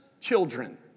children